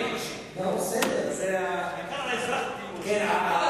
מייד חוזר לגשם, העיקר על האזרח הטילו,